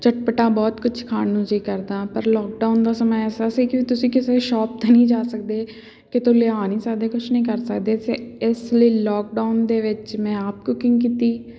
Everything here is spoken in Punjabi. ਚਟਪਟਾ ਬਹੁਤ ਕੁਛ ਖਾਣ ਨੂੰ ਜੀ ਕਰਦਾ ਪਰ ਲੋਕਡਾਊਨ ਦਾ ਸਮਾਂ ਐਸਾ ਸੀ ਕੀ ਤੁਸੀਂ ਕਿਸੇ ਸ਼ੋਪ 'ਤੇ ਨਹੀਂ ਜਾ ਸਕਦੇ ਕਿਤੋਂ ਲਿਆ ਨਹੀਂ ਸਕਦੇ ਕੁਛ ਨਹੀਂ ਕਰ ਸਕਦੇ ਇਸੇ ਇਸ ਲਈ ਲੋਕਡਾਊਨ ਦੇ ਵਿੱਚ ਮੈਂ ਆਪ ਕੂਕਿੰਗ ਕੀਤੀ